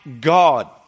God